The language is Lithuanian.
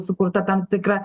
sukurta tam tikra